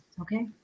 Okay